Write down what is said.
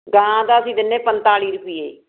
ਗਾਂ ਦਾ ਅਸੀਂ ਦਿੰਦੇ ਪੰਤਾਲੀ ਰੁਪਈਏ